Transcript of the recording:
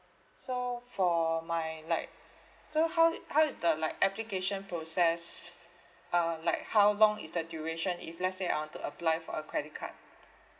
so for my like so how how is the like application process uh like how long is the duration if let's say I want to apply for a credit card